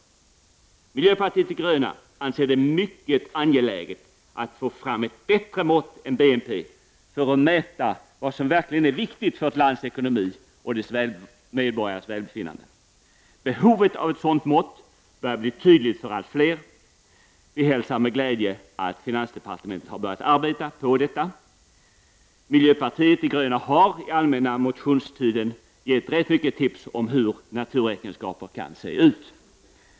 Vi i miljöpartiet de gröna anser att det är mycket angeläget att ett bättre mått än BNP kan tas fram när det gäller att mäta vad som verkligen är viktigt för ett lands ekonomi och för medborgarnas välbefinnande. Behovet av ett sådant mått börjar bli tydligt för allt fler. Vi i miljöpartiet de gröna hälsar med glädje att finansdepartementet har börjat arbeta med detta, och vi har också under den allmänna motionstiden gett ganska många tips om hur naturräkenskaper kan se ut.